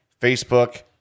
facebook